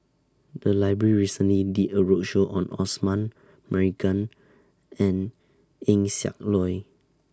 The Library recently did A roadshow on Osman Merican and Eng Siak Loy